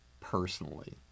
personally